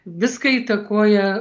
viską įtakoja